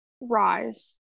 rise